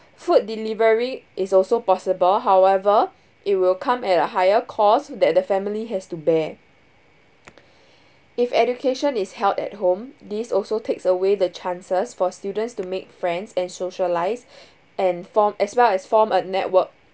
food delivery is also possible however it will come at a higher costs that the family has to bear if education is held at home this also takes away the chances for students to make friends and socialise and form as well as form a network